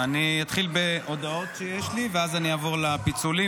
אני אתחיל בהודעות שיש לי ואז אני אעבור לפיצולים.